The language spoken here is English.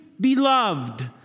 beloved